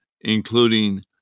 including